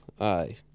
Aye